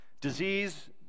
Disease